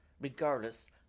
regardless